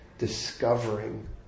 discovering